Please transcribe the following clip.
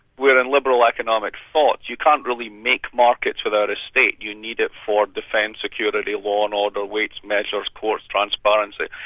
where in liberal economic thought you can't really make markets without a state. you need it for defence, security, law and order, weights, measures, courts, transparency.